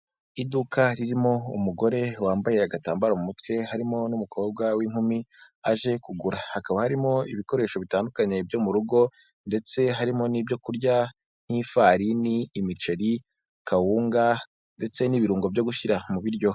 Iduka ririmo umugore wambaye agatambaro mu mutwe, harimo n'umukobwa w'inkumi aje kugura. Hakaba harimo ibikoresho bitandukanye byo mu rugo ndetse harimo n'ibyo kurya nk'ifarini, imiceri, kawunga ndetse n'ibirungo byo gushyira mu biryo.